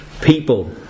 people